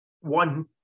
one